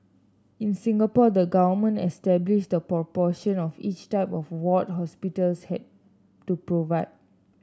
in Singapore the government established the proportion of each type of ward hospitals had to provide